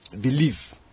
believe